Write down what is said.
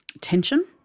tension